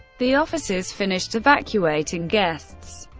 the officers finished evacuating guests.